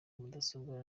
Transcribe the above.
mudasobwa